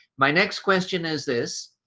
my next question is this,